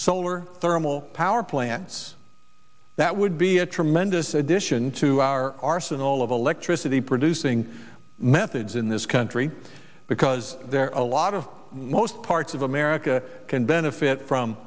solar thermal power plants that would be a tremendous addition to our arsenal of electricity producing methods in this country because a lot of most parts of america can benefit from